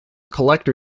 collector